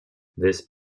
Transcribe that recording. this